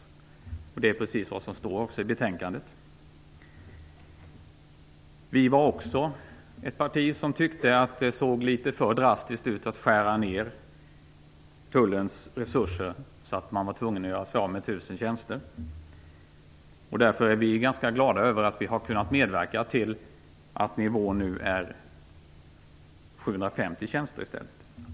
Det är också precis vad som står i betänkandet. Miljöpartiet tycker också att det ser litet för drastiskt ut att skära ned Tullens resurser så att man blir tvungen att göra sig av med 1 000 tjänster. Därför är vi ganska glada över att vi har kunnat medverka till att det nu gäller 750 tjänster i stället.